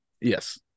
Yes